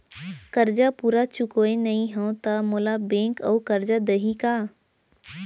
करजा पूरा चुकोय नई हव त मोला बैंक अऊ करजा दिही का?